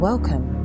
Welcome